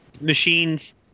machines